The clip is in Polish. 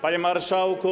Panie Marszałku!